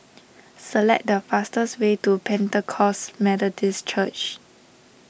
select the fastest way to Pentecost Methodist Church